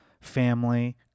family